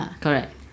Correct